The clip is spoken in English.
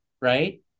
right